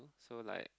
so like